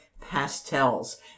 Pastels